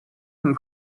him